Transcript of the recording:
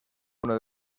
uno